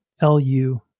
L-U